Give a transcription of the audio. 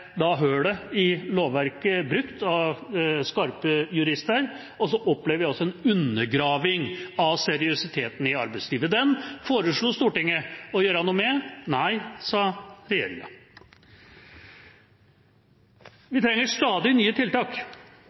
i lovverket brukt av skarpe jurister, og så opplever vi en undergraving av seriøsiteten i arbeidslivet. Den foreslo Stortinget å gjøre noe med. Nei, sa regjeringa. Vi trenger stadig nye tiltak,